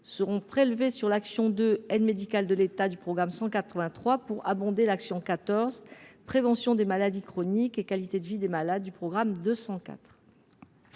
seraient prélevés sur l’action n° 02 « Aide médicale de l’État » du programme 183 pour abonder l’action n° 14 « Prévention des maladies chroniques et qualité de vie des malades » du programme 204.